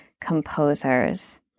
composers